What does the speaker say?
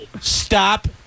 Stop